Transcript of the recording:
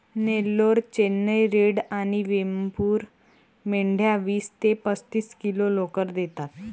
Nellore, Chennai red आणि वेमपूर मेंढ्या वीस ते पस्तीस किलो लोकर देतात